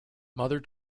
mother